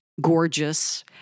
gorgeous